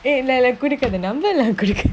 eh என்ன:enna lah குடுக்காத:kudukaatha number lah kudu~